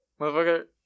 Motherfucker